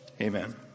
Amen